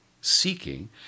seeking